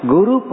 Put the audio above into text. Guru